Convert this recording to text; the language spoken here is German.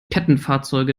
kettenfahrzeuge